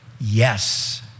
Yes